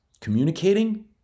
communicating